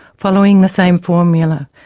following the same formula,